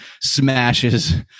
smashes